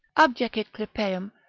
abjecit clypeum,